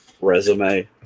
resume